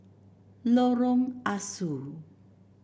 Lorong Ah Soo